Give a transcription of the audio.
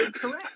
correct